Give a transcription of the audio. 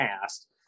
past